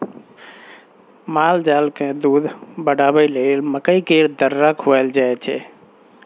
मालजालकेँ दूध बढ़ाबय लेल मकइ केर दर्रा खुआएल जाय छै